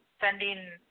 sending